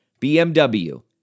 BMW